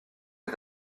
est